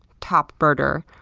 top birder,